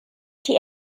die